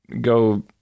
go